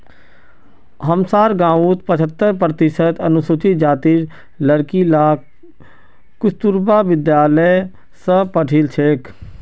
हमसार गांउत पछहत्तर प्रतिशत अनुसूचित जातीर लड़कि ला कस्तूरबा विद्यालय स पढ़ील छेक